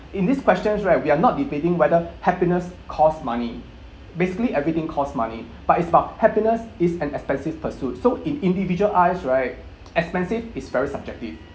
in this question right we are not debating whether happiness cost money basically everything cost money but it's about happiness is an expensive pursuit so in individual eyes right expensive is very subjective